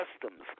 customs